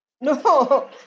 No